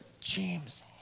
James